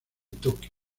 tokio